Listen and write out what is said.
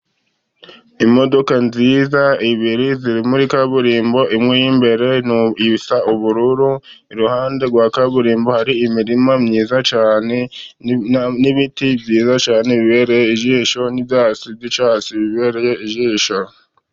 Imodoka nziza ebyiri iri muri kaburimbo. Imwe y'imbere isa ubururu, iruhande rwa kaburimbo hari imirima myiza cyane n'ibiti byiza cyane bibere ijisho, n'ibyatsi by'icyatsi bibereye ijisho.